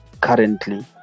currently